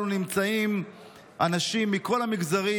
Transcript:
דחליל.